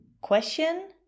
Question